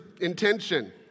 intention